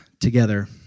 together